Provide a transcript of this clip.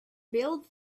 build